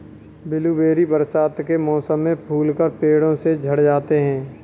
blueberry बरसात के मौसम में फूलकर पेड़ों से झड़ जाते हैं